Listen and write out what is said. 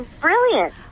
brilliant